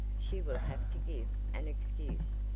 she will have to give an excuse.